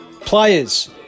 Players